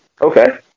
Okay